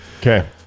Okay